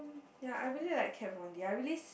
ya I really like Kat-Von-D I really